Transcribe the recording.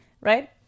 Right